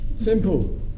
Simple